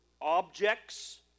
objects